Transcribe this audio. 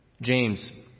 james